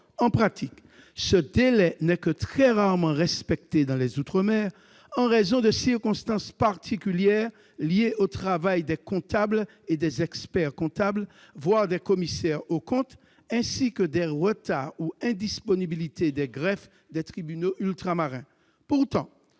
en pratique, ce délai n'est que très rarement respecté par les entreprises, en raison de circonstances particulières liées au travail des comptables et des experts-comptables, voire des commissaires aux comptes, ainsi que des retards ou indisponibilités des greffes des tribunaux ultramarins.